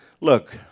Look